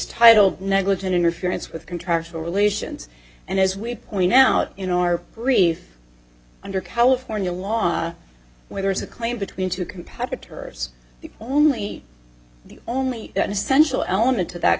titled negligent interference with contractual relations and as we point out in our brief under california law where there is a claim between two competitors the only the only essential element to that